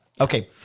Okay